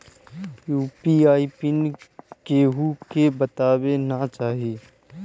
UPI pin केहू के बतावे के ना चाही